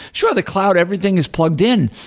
sure, the cloud everything is plugged in,